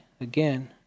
again